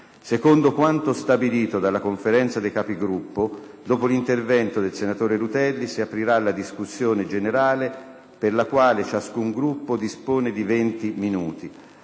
Secondo quanto stabilito dalla Conferenza dei Capigruppo, dopo l'intervento del senatore Rutelli si aprirà la discussione, per la quale ciascun Gruppo dispone di 20 minuti.